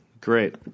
Great